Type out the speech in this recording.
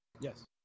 Yes